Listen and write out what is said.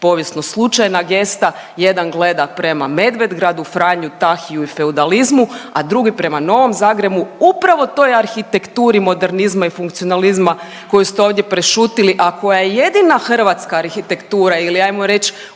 povijesno slučajna gesta, jedan gleda prema Medvedgradu, Franju Tahiju i feudalizmu, a drugi prema Novom Zagrebu, upravo toj arhitekturi modernizma i funkcionalizma koju ste ovdje prešutili, a koja je jedina hrvatska arhitektura ili ajmo reč